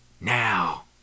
Now